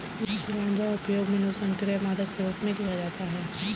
गांजा उपयोग मनोसक्रिय मादक के रूप में किया जाता है